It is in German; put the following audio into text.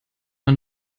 man